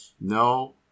No